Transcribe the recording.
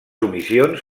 omissions